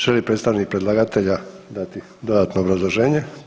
Želi li predstavnik predlagatelja dati dodatno obrazloženje?